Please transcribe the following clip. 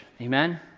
Amen